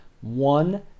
one